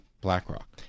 BlackRock